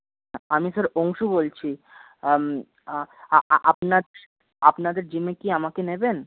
hello আমি sir Anshu বলছি আপনাদের আপনাদের জিমে কি আমাকে নেবেন